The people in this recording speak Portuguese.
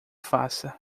faça